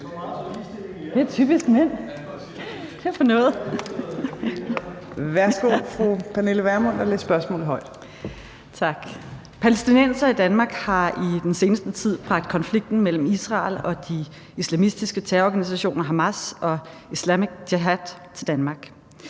læse spørgsmålet højt. Kl. 15:09 Pernille Vermund (NB): Tak. Palæstinensere i Danmark har i den seneste tid bragt konflikten mellem Israel og de islamistiske terrororganisationer Hamas og Islamic Jihad til Danmark.